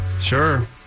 Sure